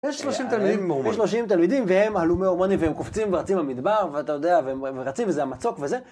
יש 30 תלמידים עם הורמונים. יש 30 תלמידים והם הלומי הורמונים והם קופצים ורצים במדבר ואתה יודע והם רצים וזה המצוק וזה